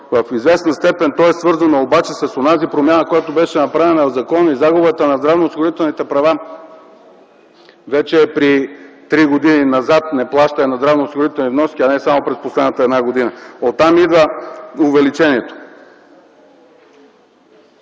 В известна степен то е свързано обаче с онази промяна, която беше направена в закона и загубата на здравноосигурителните права вече е при три години назад неплащане на здравноосигурителни вноски, а не само през последната една година. Оттам идва увеличението.